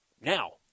now